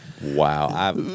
Wow